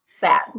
sad